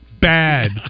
Bad